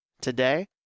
today